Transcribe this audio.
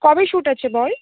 কবে শ্যুট আছে বল